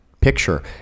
picture